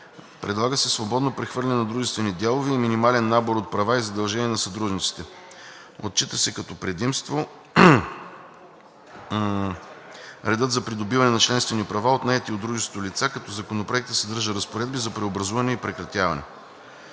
предлага се свободно прехвърляне на дружествени дялове и минимален набор от права и задължения на съдружниците. Отчита се като предимство редът за придобиване на членствени права от наети от дружеството лица, като Законопроектът съдържа разпоредби за преобразуване и прекратяване.